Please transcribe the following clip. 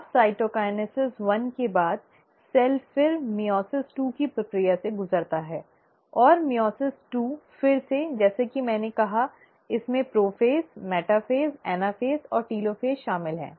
अब साइटोकिनेसिस एक के बाद सेल फिर मइओसिस दो की प्रक्रिया से गुजरता है और मइओसिस दो फिर से जैसा कि मैंने कहा इसमें प्रोफ़ेज़ मेटाफ़ेज़ एनाफ़ेज़ और टेलोफ़ेज़ शामिल हैं